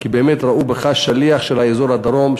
כי באמת ראו בך שליח של אזור הדרום,